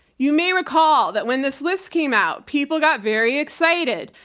you may recall that when this list came out people got very excited.